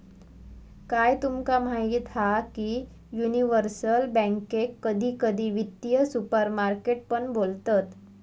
काय तुमका माहीत हा की युनिवर्सल बॅन्केक कधी कधी वित्तीय सुपरमार्केट पण बोलतत